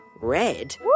Red